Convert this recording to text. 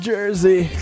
Jersey